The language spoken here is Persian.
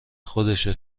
خودشه